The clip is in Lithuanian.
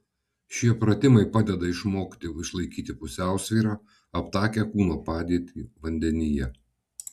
šie pratimai padeda išmokti išlaikyti pusiausvyrą aptakią kūno padėtį vandenyje